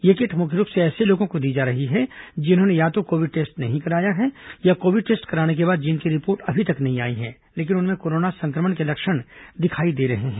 ये किट मुख्य रूप से ऐसे लोगों को दी जा रही है जिन्होंने या तो कोविड टेस्ट नहीं कराया है या कोविड टेस्ट कराने के बाद उनकी रिपोर्ट अब तक नहीं आई है लेकिन उनमें कोरोना संक्रमण के लक्षण दिखाई दे रहे हैं